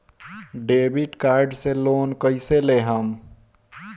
Debit card से loan कईसे लेहम?